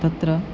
तत्र